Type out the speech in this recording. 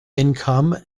income